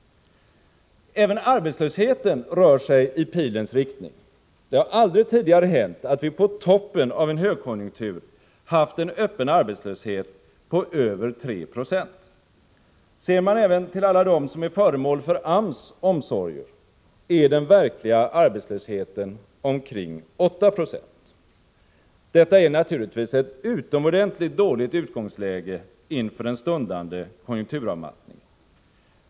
Även arbetslösheten rör sig i pilens riktning. Det har aldrig tidigare hänt att vi på toppen av en högkonjunktur haft en öppen arbetslöshet på över 3 90. Ser man även till alla dem som är föremål för AMS omsorger, är den verkliga arbetslösheten omkring 8 20. Detta är naturligtvis ett utomordentligt dåligt utgångsläge inför den stundande konjunkturavmattningen.